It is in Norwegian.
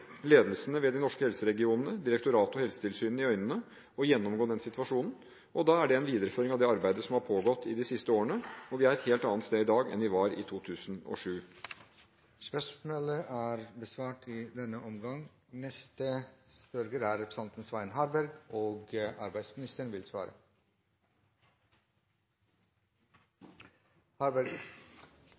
ledelsene ved de norske helseregionene, direktoratet og Helsetilsynet i øynene og gjennomgå den situasjonen. Da er det en videreføring av det arbeidet som har pågått de siste årene, og vi er et helt annet sted i dag enn vi var i 2007. Mitt spørsmål til arbeidsministeren – og jeg må presisere at det er